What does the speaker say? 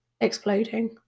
exploding